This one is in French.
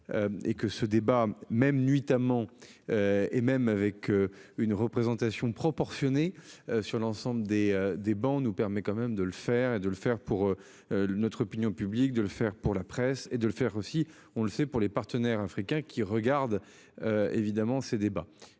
Et que ce débat même nuitamment. Et même avec une représentation proportionnée. Sur l'ensemble des des bancs nous permet quand même de le faire et de le faire pour. Le notre opinion publique de le faire pour la presse et de le faire aussi, on le sait pour les partenaires africains qui regarde. Évidemment ces débats.